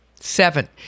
seven